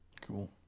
Cool